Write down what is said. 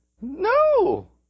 No